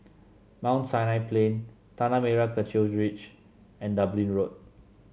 Mount Sinai Plain Tanah Merah Kechil Ridge and Dublin Road